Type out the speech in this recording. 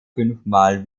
fünfmal